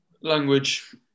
language